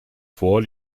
vor